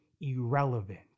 irrelevant